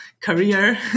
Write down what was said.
career